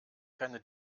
keine